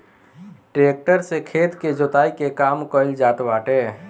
tractor से खेत के जोताई के काम कइल जात बाटे